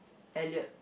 Elliot